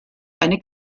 eine